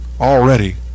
already